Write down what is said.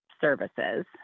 services